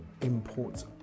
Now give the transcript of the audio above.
imports